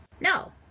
No